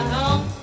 home